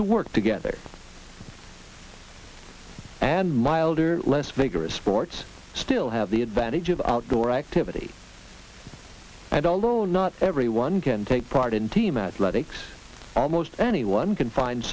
to work together and milder less vigorous sports still have the advantage of outdoor activity and although not everyone can take part in team athletics almost anyone can find